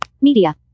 Media